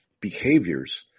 behaviors